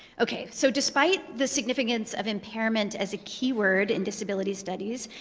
ok, so despite the significance of impairment as a keyword in disability studies,